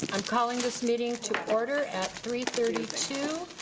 i'm calling this meeting to order at three thirty two.